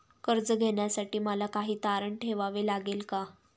कर्ज घेण्यासाठी मला काही तारण ठेवावे लागेल का?